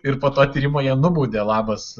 ir po to tyrimo jie nubaudė labas